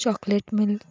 chocolate milk